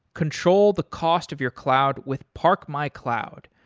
control the cost of your cloud with park my cloud.